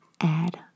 add